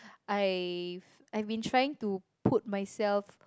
I I have been trying to put myself